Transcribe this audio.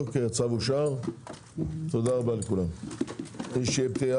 תודה רבה, הישיבה נעולה.